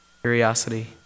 Curiosity